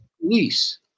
police